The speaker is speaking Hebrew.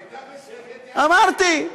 היא הייתה בשקט, הערת אותה.